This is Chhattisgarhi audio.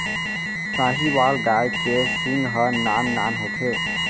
साहीवाल गाय के सींग ह नान नान होथे